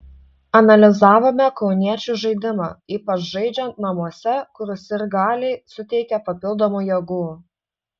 analizavome kauniečių žaidimą ypač žaidžiant namuose kur sirgaliai suteikia papildomų jėgų